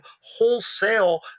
wholesale